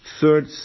Third